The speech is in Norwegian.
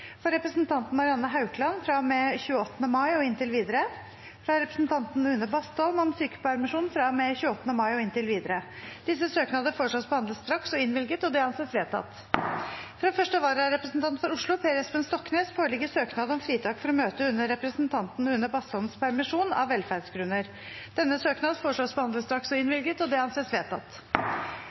for representanten Marianne Haukland fra og med 28. mai og inntil videre fra representanten Une Bastholm om sykepermisjon fra og med 28. mai og inntil videre Disse søknader foreslås behandlet straks og innvilget. – Det anses vedtatt. Fra første vararepresentant for Oslo, Per Espen Stoknes , foreligger søknad om fritak for å møte i Stortinget under representanten Une Bastholms permisjon av velferdsgrunner. Etter forslag fra presidenten ble enstemmig besluttet: Søknaden behandles straks og